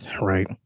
Right